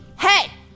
Hey